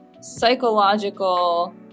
psychological